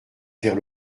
vers